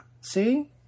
see